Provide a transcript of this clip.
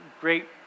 great